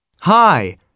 Hi